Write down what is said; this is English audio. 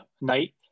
night